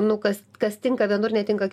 nu kas kas tinka vienur netinka